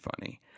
funny